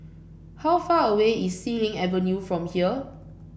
how far away is Xilin Avenue from here